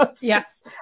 Yes